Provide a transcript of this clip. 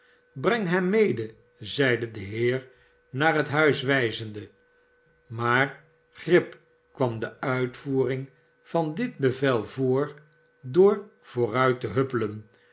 breng hem mede zeide de heer naar het huis wijzende maar grip kwam de uitvoering van dit bevel voor door vooruit te huppelen